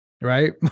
Right